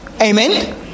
Amen